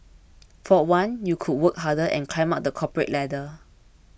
for one you could work harder and climb up the corporate ladder